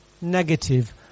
negative